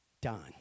done